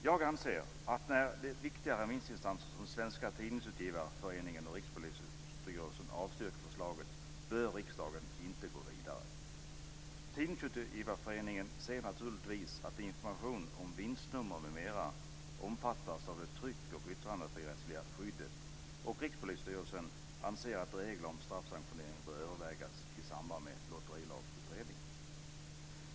Jag anser att när viktiga remissinstanser som Svenska Tidningsutgivareföreningen och Rikspolisstyrelsen avstyrker förslaget bör riksdagen inte gå vidare. Tidningsutgivareföreningen ser naturligtvis att informationen om vinstnummer m.m. omfattas av det tryck och yttrandefrihetsrättsliga skyddet, och Rikspolisstyrelsen anser att regler om straffsanktionering bör övervägas i samband med Lotterilagsutredningen.